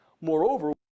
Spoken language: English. Moreover